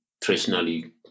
traditionally